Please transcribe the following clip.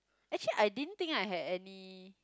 actually I didn't think I had any